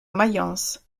mayence